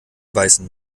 beißen